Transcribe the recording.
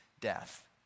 death